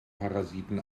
parasiten